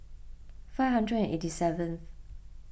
five hundred eighty seventh